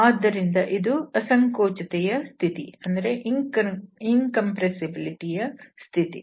ಆದ್ದರಿಂದ ಇದು ಅಸಂಕೋಚತೆಯ ಸ್ಥಿತಿ